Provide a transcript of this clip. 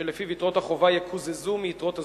שלפיו יתרות החובה יקוזזו מיתרות הזכות,